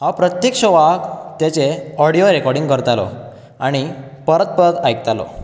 हांव प्रत्येक शोवाक तेजे ऑडीयो रेकॉर्डींग करतालो आनी परत परत आयकतालो